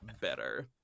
better